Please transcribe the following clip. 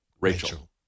Rachel